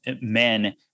men